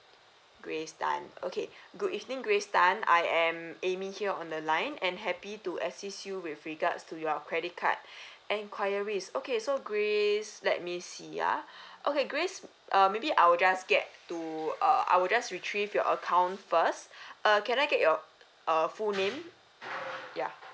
grace tan okay good evening grace tan I am amy here on the line and happy to assist you with regards to your credit card enquiries okay so grace let me see ah okay grace uh maybe I will just get to uh I will just retrieve your account first err can I get your err full name ya